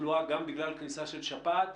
התחלואה גם בגלל כניסה של שפעת,